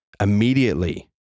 Immediately